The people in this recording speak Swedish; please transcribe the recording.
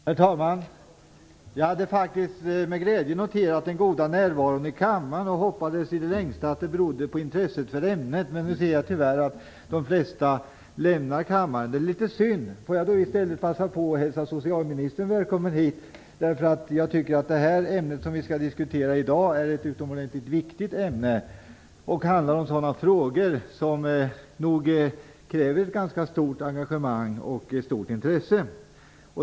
Herr talman! Jag hade faktiskt med glädje noterat den goda närvaron i kammaren och hoppades i det längsta att den berodde på intresse för ämnet, men nu ser jag tyvärr att de flesta lämnar kammaren. Det är synd. Låt mig då i stället passa på att hälsa socialministern välkommen hit. Jag tycker att det ämne vi skall diskutera i dag är utomordentligt viktigt. Det handlar om sådana frågor som nog kräver ett stort engagemang och ett stort intresse.